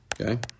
okay